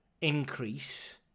increase